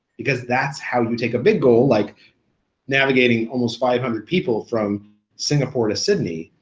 because that's how you take a big goal like navigating almost five hundred people from singapore to sydney,